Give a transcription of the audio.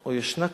או ישנה קבוצה,